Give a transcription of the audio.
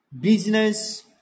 business